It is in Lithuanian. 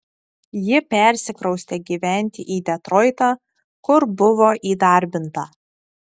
ji persikraustė gyventi į detroitą kur buvo įdarbinta